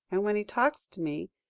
and when he talks to me,